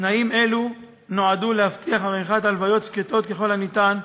תנאים אלו נועדו להבטיח עריכת הלוויות שקטות ככל האפשר,